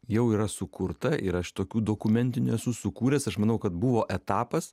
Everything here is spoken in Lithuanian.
jau yra sukurta ir aš tokių dokumentinių esu sukūręs aš manau kad buvo etapas